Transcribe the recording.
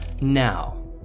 now